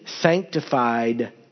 sanctified